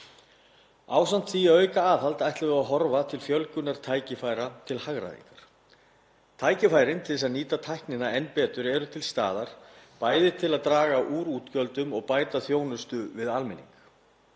Ásamt því að auka aðhald ætlum við að horfa til fjölgunar tækifæra til hagræðingar. Tækifærin til að nýta tæknina enn betur eru til staðar, bæði til að draga úr útgjöldum og bæta þjónustu við almenning.